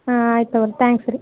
ಹಾಂ ಆಯ್ತು ತಗೊಳಿ ತ್ಯಾಂಕ್ಸ್ ರೀ